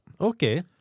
Okay